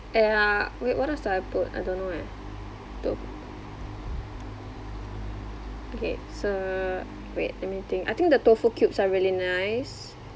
ya wait what else do I put I don't know eh to~ okay so wait let me think I think the tofu cubes are really nice